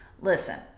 listen